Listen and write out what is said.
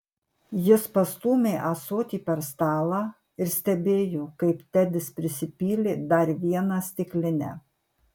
jis pastūmė ąsotį per stalą ir stebėjo kaip tedis prisipylė dar vieną stiklinę